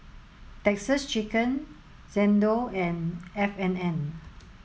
Texas Chicken Xndo and F and N